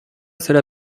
cela